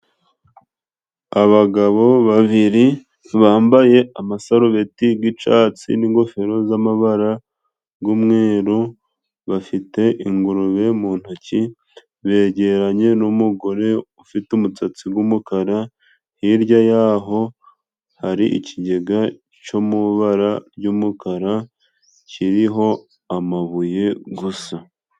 Abagabo babiri bambaye amasarubeti g'icyatsi n'ingofero z'amabara g'umweru, bafite ingurube mu ntoki begeranye n'umugore ufite umusatsi g'umukara, hirya yaho hari ikigega cy'amabara y'umukara kiriho amabuye gusa.